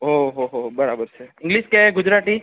ઓહો હો બરાબર છે ઇંગ્લિશ કે ગુજરાતી